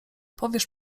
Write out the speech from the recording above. powiesz